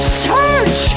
search